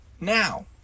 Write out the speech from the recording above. now